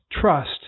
trust